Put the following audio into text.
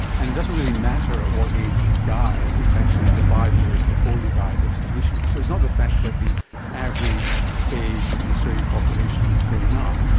and it doesn't really matter at what age you die, it's actually the five years before you die that's the issue. so it's not the fact that the average age of the australian population is going up,